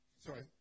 Sorry